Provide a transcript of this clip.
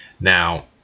Now